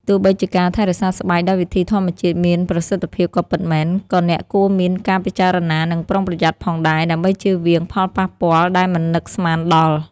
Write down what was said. ទោះបីជាការថែរក្សាស្បែកដោយវិធីធម្មជាតិមានប្រសិទ្ធភាពក៏ពិតមែន ក៏អ្នកគួរមានការពិចារណា និងប្រុងប្រយ័ត្នផងដែរ ដើម្បីចៀសវាងផលប៉ះពាល់ដែលមិននឹកស្មានដល់។